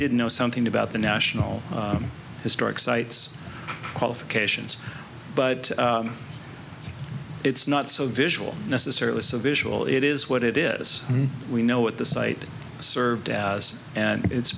didn't know something about the national historic sites qualifications but it's not so visual necessarily so this will it is what it is we know what the site served as and it's